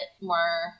more